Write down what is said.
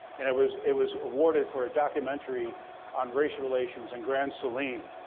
and it was it was awarded for a documentary on race relations in grand saline.